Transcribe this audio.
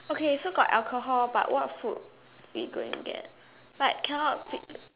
okay so got alcohol but what food we going get but cannot